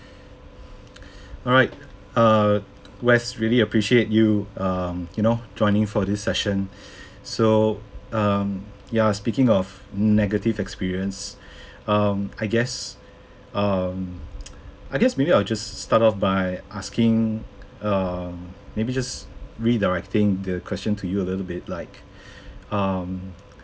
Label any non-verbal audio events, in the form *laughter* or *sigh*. *noise* alright err west really appreciate you um you know joining for this session so um ya speaking of negative experience um I guess um *noise* I guess maybe I'll just start off by asking um maybe just redirecting the question to you a little bit like um